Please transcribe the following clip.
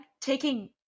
taking